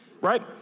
right